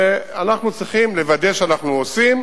ואנחנו צריכים לוודא שאנחנו עושים